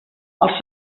els